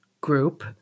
group